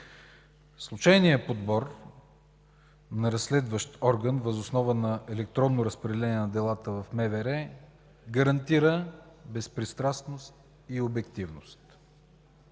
Случайният подбор на разследващ орган въз основа на електронно разпределение на делата в МВР гарантира безпристрастност и обективност.